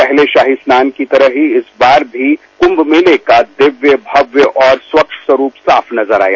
पहले शाही स्नान के तहत इस बार भी कुंभ मेले का दिव्य भव्य और स्वच्छ स्वरूप साफ नजर आया